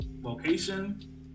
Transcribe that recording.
location